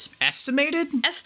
Estimated